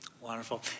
Wonderful